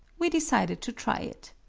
we decided to try it.